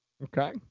Okay